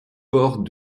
port